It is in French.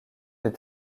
des